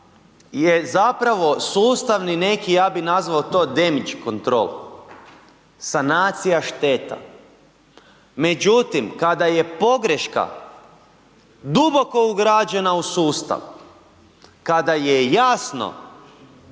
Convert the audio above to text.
je zapravo sustavni neki, ja bi nazvao to damage control. Sanacija šteta. Međutim, kada je pogreška duboko ugrađena u sustav, kada je jasno